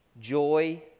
joy